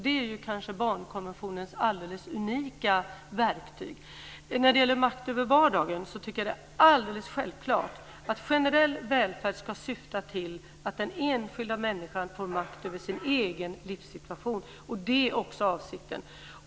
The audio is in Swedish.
Det är kanske barnkonventionens alldeles unika verktyg. När det gäller makt över vardagen tycker jag att det är alldeles självklart att generell välfärd ska syfta till att den enskilda människan får makt över sin egen livssituation. Det är också avsikten.